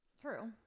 True